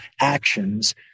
actions